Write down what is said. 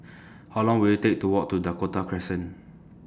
How Long Will IT Take to Walk to Dakota Crescent